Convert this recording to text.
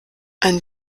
ein